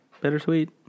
Bittersweet